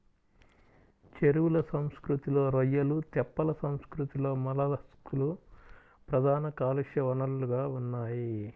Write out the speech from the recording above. చెరువుల సంస్కృతిలో రొయ్యలు, తెప్పల సంస్కృతిలో మొలస్క్లు ప్రధాన కాలుష్య వనరులుగా ఉన్నాయి